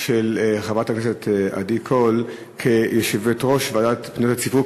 של חברת הכנסת עדי קול כיושבת-ראש הוועדה לפניות הציבור.